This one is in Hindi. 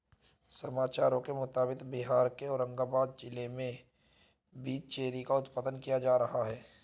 समाचारों के मुताबिक बिहार के औरंगाबाद जिला में भी चेरी का उत्पादन किया जा रहा है